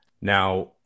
Now